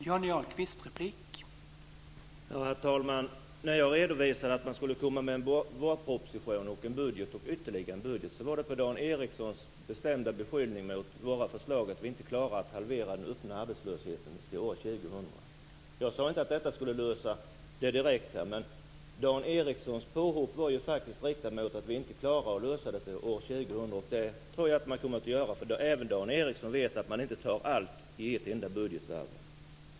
Herr talman! När jag redovisade att man skulle komma med en vårproposition och en budget och ytterligare en budget var det på grund av Dan Ericssons bestämda beskyllning att vi med våra förslag inte klarar att halvera den öppna arbetslösheten till år 2000. Jag sade inte att detta skulle lösa det direkt. Dan Ericsson påhopp gällde ju att vi inte klarar att lösa det till år 2000, och det tror jag att vi kommer att göra. Även Dan Ericsson vet att man inte tar allt i ett enda budgetvarv.